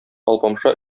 алпамша